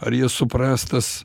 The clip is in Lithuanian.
ar jie supras tas